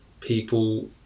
people